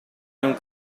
non